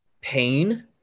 pain